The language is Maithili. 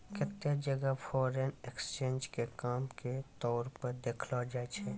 केत्तै जगह फॉरेन एक्सचेंज के काम के तौर पर देखलो जाय छै